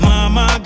Mama